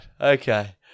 Okay